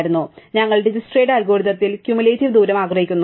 അതിനാൽ ഞങ്ങൾ ഡിജക്സ്ട്രയുടെ അൽഗോരിതത്തിൽ ക്യുമുലേറ്റീവ് ദൂരം ആഗ്രഹിക്കുന്നു